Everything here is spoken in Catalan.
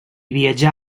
viatjà